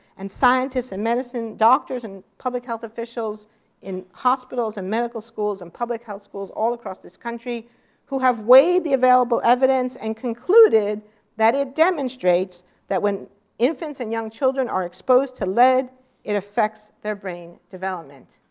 and scientists, and medicine doctors, and public health officials in hospitals, and medical schools, and public health schools all across this country who have weighed the available evidence and concluded that it demonstrates that when infants and young children are exposed to lead it affects their brain development.